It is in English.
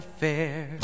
fair